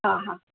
हा हा